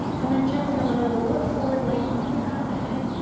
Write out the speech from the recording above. and then gently, i'm going to look forward, lengthen through the crown of the head,